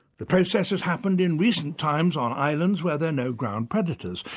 the process has happened in recent times on islands where there are no ground predators,